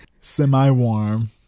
semi-warm